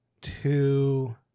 two